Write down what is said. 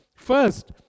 first